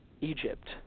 Egypt